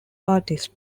artists